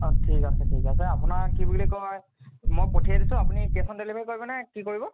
অঁ ঠিক আছে ঠিক আছে আপোনাৰ কি বুলি কয় মই পঠিয়াই দিছোঁ আপুনি কেছ অন ডেলিভাৰি কৰিব নে কি কৰিব